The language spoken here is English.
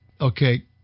Okay